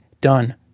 done